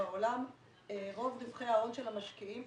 בעולם רוב רווחי ההון של המשקיעים,